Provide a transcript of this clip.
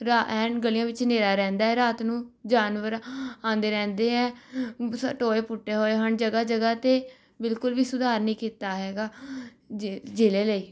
ਰਾ ਐਨ ਗਲ਼ੀਆਂ ਵਿੱਚ ਹਨੇਰਾ ਰਹਿੰਦਾ ਹੈ ਰਾਤ ਨੂੰ ਜਾਨਵਰ ਆਉਂਦੇ ਰਹਿੰਦੇ ਹੈ ਟੋਏ ਪੁੱਟੇ ਹੋਏ ਹਨ ਜਗ੍ਹਾ ਜਗ੍ਹਾ 'ਤੇ ਬਿਲਕੁਲ ਵੀ ਸੁਧਾਰ ਨਹੀਂ ਕੀਤਾ ਹੈਗਾ ਜ਼ਿ ਜ਼ਿਲ੍ਹੇ ਲਈ